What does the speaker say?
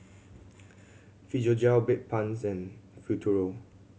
Physiogel Bedpans and Futuro